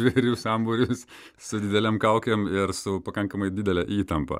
žvėrių sambūris su didelėm kaukėm ir su pakankamai didele įtampa